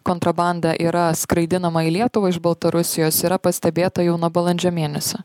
kontrabanda yra skraidinama į lietuvą iš baltarusijos yra pastebėta jau nuo balandžio mėnesio